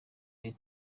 buri